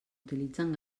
utilitzen